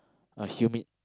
a humid